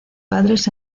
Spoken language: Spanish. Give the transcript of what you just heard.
padres